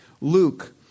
Luke